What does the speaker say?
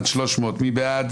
מי נגד?